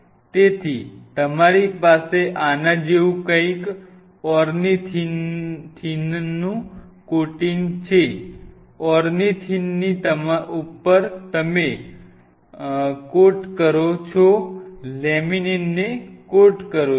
તેથી તમારી પાસે આના જેવું કંઈક ઓર્નિથિનનું કોટિંગ છે ઓર્નિથિનની ઉપર તમે લેમિનીનને કોડ કરો છો